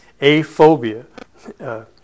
aphobia